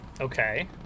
Okay